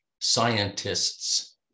Scientists